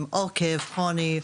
אם או כאב כרוני,